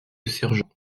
sergent